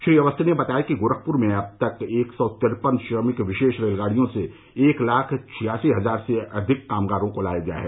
श्री अवस्थी ने बताया कि गोरखपुर में अब तक एक सौ तिरपन श्रमिक विशेष रेलगाड़ियों से एक लाख छियासी हजार से अधिक कामगारों को लाया गया है